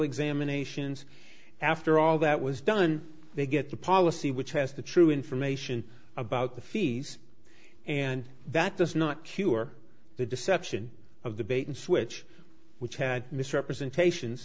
examinations after all that was done they get the policy which has the true information about the fees and that does not cure the deception of the bait and switch which had misrepresentation